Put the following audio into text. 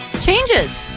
changes